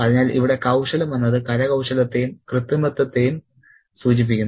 അതിനാൽ ഇവിടെ കൌശലം എന്നത് കരകൌശലത്തെയും കൃത്രിമത്വത്തെയും സൂചിപ്പിക്കുന്നു